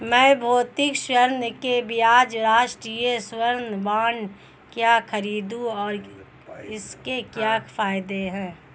मैं भौतिक स्वर्ण के बजाय राष्ट्रिक स्वर्ण बॉन्ड क्यों खरीदूं और इसके क्या फायदे हैं?